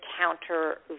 counter